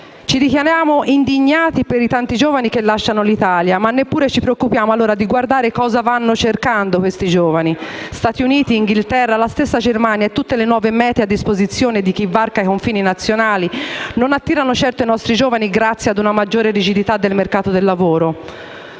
Ci dichiariamo indignati per i tanti giovani che lasciano l'Italia, ma neppure ci preoccupiamo allora di guardare cosa vanno cercando. Stati Uniti, Inghilterra, la stessa Germania e tutte le nuove mete a disposizione di chi varca i confini nazionali, non attirano certo i nostri giovani grazie ad una maggiore rigidità del mercato del lavoro.